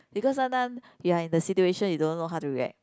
because sometime you are in the situation you don't know how to react